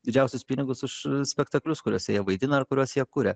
didžiausius pinigus už spektaklius kuriuose jie vaidina ir kuriuos jie kuria